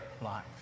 life